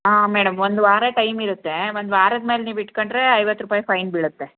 ಹಾಂ ಮೇಡಮ್ ಒಂದು ವಾರ ಟೈಮ್ ಇರುತ್ತೆ ಒಂದು ವಾರದ ಮೇಲೆ ನೀವು ಇಟ್ಕೊಂಡ್ರೆ ಐವತ್ತು ರೂಪಾಯಿ ಫೈನ್ ಬೀಳುತ್ತೆ